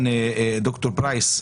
דוקטור פרייס,